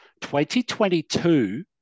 2022